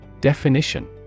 Definition